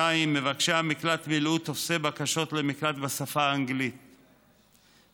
2. מבקשי המקלט מילאו טופסי בקשות למקלט בשפה האנגלית וכידוע,